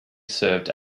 served